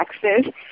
taxes